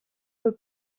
peu